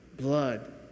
blood